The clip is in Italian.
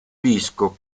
disco